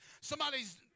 Somebody's